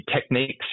techniques